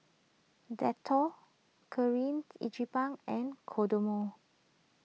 Dettol Kirin Ichiban and Kodomo